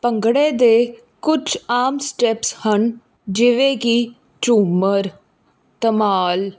ਭੰਗੜੇ ਦੇ ਕੁਛ ਆਮ ਸਟੈਪਸ ਹਨ ਜਿਵੇਂ ਕਿ ਝੂੰਮਰ ਧਮਾਲ